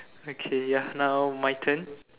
okay ya now my turn